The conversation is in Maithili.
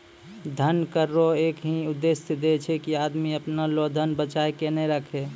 धन कर रो एक ही उद्देस छै की आदमी अपना लो धन बचाय के नै राखै